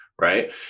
right